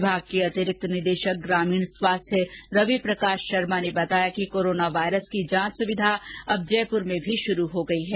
विभाग के अतिरिक्त निदेशक ग्रामीण स्वास्थ्य रवि प्रकाश शर्मा ने बताया कि कोरोना वाइरस की जांच सुविधा अब जयपुर में भी शुरू हो गई है